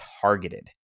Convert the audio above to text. targeted